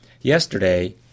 Yesterday